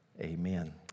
Amen